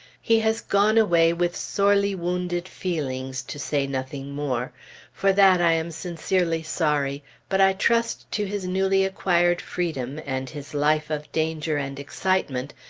he has gone away with sorely wounded feelings, to say nothing more for that i am sincerely sorry but i trust to his newly acquired freedom, and his life of danger and excitement,